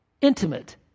intimate